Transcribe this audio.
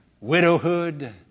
widowhood